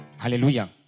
Hallelujah